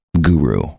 guru